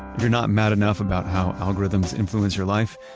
you're not mad enough, about how algorithms influence your life,